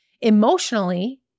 emotionally